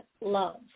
love